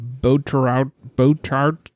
Botart